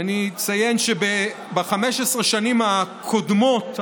אני אציין שב-15 השנים הקודמות,